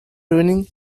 running